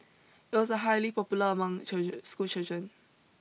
it was a highly popular among children school children